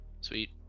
Sweet